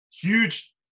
Huge